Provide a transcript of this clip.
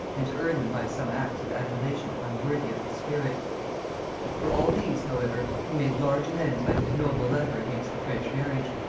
and to earn them by some acts of adulation unworthy of his spirit for all these, however, he made large amends by his noble letter against the french marriage.